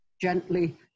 gently